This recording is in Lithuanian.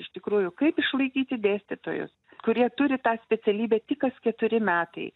iš tikrųjų kaip išlaikyti dėstytojus kurie turi tą specialybę tik kas keturi metai